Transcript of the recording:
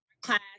class